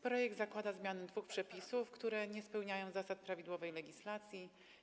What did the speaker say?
Projekt zakłada zmianę dwóch przepisów, które nie spełniają zasad prawidłowej legislacji.